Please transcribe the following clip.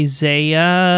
Isaiah